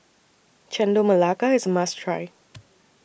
Chendol Melaka IS must Try